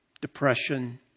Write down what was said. depression